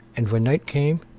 and when night came,